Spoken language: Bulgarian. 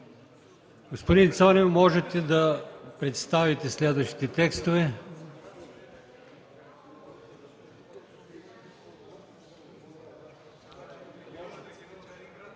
Господин Цонев, можете да представите следващите текстове